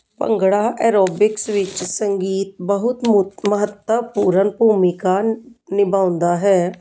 bhangra aerobics ਵੀ ਸੰਗੀਤ ਬਹੁਤ ਮੁੱਖ ਮਹੱਤਵਪੂਰਨ ਭੂਮਿਕਾ ਨਿਭਾਉਂਦਾ ਹੈ